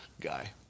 guy